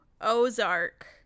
Ozark